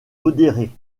modérés